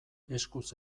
eskuz